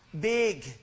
big